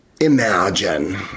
Imagine